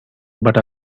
but